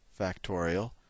factorial